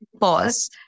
pause